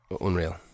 unreal